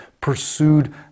pursued